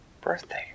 birthday